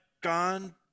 gone